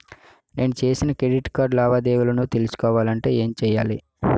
నేను చేసిన credit card లావాదేవీలను తెలుసుకోవాలంటే ఏం చేయాలి?